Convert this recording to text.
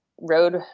road